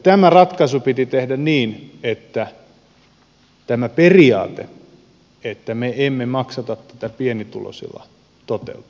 tämä ratkaisu piti tehdä niin että tämä periaate että me emme maksata tätä pienituloisilla toteutuu